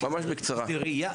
ממש בקצרה.